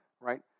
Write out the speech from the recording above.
right